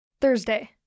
Thursday